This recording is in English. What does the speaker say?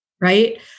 right